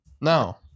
No